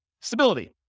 Stability